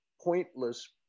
pointless